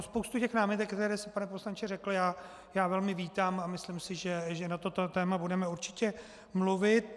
Spoustu těch námitek, které jste, pane poslanče, řekl, já velmi vítám a myslím si, že na toto téma budeme určitě mluvit.